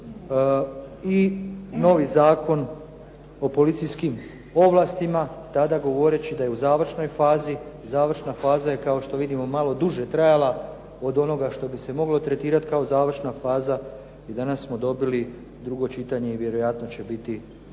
i novi Zakon o policijskim ovlastima tada govoreći da je u završnoj fazi. Završna faza je kao što vidimo malo duže trajala od onoga što bi se moglo tretirati kao završna faza i danas smo dobili drugo čitanje i vjerojatno će biti i